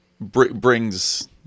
brings